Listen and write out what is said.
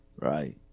right